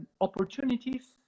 Opportunities